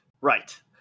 Right